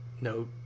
no